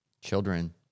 Children